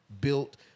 built